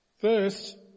First